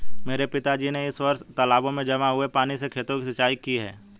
मेरे पिताजी ने इस वर्ष तालाबों में जमा हुए पानी से खेतों की सिंचाई की